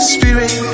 Spirit